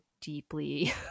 deeply